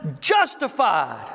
justified